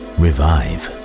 revive